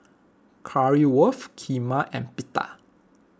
Currywurst Kheema and Pita